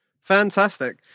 Fantastic